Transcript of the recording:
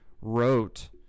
wrote